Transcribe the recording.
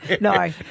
No